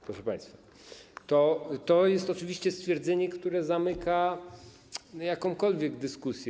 Proszę państwa, to jest oczywiście stwierdzenie, które zamyka jakąkolwiek dyskusję.